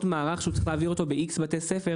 מערך שהוא צריך להעביר אותו באיקס בתי ספר